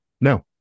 No